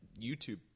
YouTube